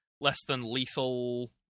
less-than-lethal